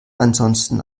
ansonsten